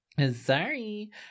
sorry